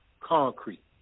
Concrete